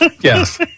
Yes